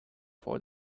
for